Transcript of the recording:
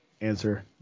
answer